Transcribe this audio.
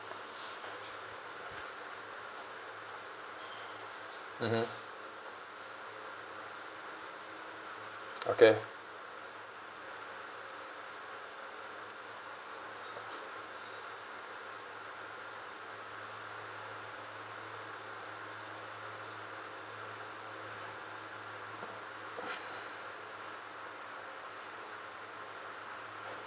mmhmm okay